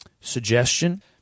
suggestion